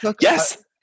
Yes